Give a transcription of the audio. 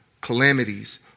calamities